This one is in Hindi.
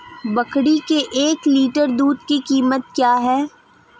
बकरी के एक लीटर दूध की कीमत क्या है?